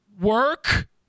Work